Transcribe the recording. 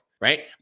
right